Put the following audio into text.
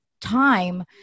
time